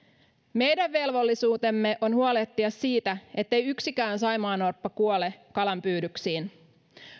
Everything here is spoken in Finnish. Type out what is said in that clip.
meidän velvollisuutemme on huolehtia siitä ettei yksikään saimaannorppa kuole kalanpyydyksiin